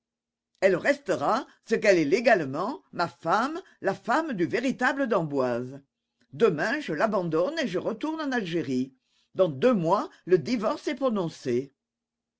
elle restera ce qu'elle est légalement ma femme la femme du véritable d'emboise demain je l'abandonne et je retourne en algérie dans deux mois le divorce est prononcé